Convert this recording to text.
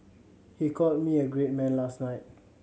he called me a great man last night